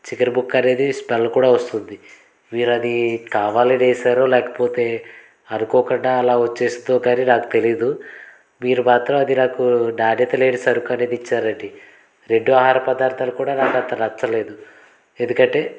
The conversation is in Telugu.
చికెన్ ముక్క అనేది స్మెల్ కూడా వస్తుంది మీరు అది కావాలనే వేశారో లేకపోతే అనుకోకుండా అలా వచ్చేస్తూ కానీ నాకు తెలియదు మీరు మాత్రం అది నాకు నాణ్యతలేని సరుకు అనేది ఇచ్చారండి రెండు ఆహార పదార్థాలు కూడా నాకు అంత నచ్చలేదు ఎందుకంటే